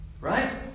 Right